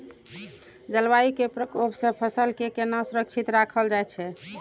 जलवायु के प्रकोप से फसल के केना सुरक्षित राखल जाय छै?